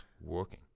working